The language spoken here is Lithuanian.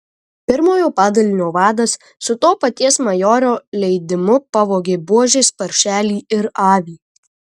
pirmojo padalinio vadas su to paties majoro leidimu pavogė buožės paršelį ir avį